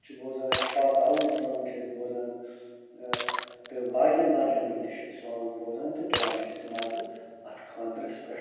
أسۍ چھِ بوزان اِشفاق کاوٕنۍ سونٛگ چھِ أسۍ بوزان تہٕ باقیَن باقیَن ہٕنٛد تہِ چھِ أسۍ سونٛگ بوزان تہٕ تُلان چھِ أسۍ مَزٕ اَتھ خانٛدرَس پٮ۪ٹھ تہٕ